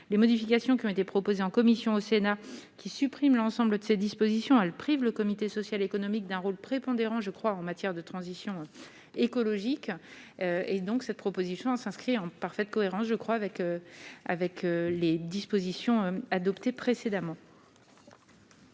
les modifications qui ont été proposées en commission au Sénat qui supprime l'ensemble de ces dispositions, elle prive le comité social économique d'un rôle prépondérant, je crois, en matière de transition écologique et donc cette proposition s'inscrit en parfaite cohérence je crois avec avec les dispositions adoptées précédemment.